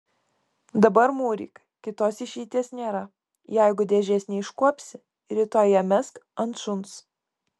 dabar mūryk kitos išeities nėra jeigu dėžės neiškuopsi rytoj ją mesk ant šuns